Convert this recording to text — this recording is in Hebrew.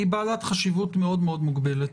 היא בעלת חשיבות מאוד מאוד מוגבלת.